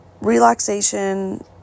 relaxation